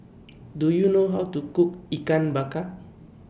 Do YOU know How to Cook Ikan Bakar